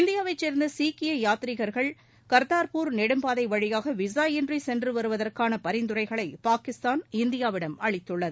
இந்தியாவைச் சேர்ந்த சீக்கிய யாத்திரிகர்கள் கர்தார்பூர் நெடும்பாதை வழியாக விசா இன்றி சென்று வருவதற்கான பரிந்துரைகளை பாகிஸ்தான் இந்தியாவிடம் அளித்துள்ளது